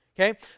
Okay